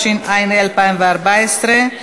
התשע"ה 2014,